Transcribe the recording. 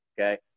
okay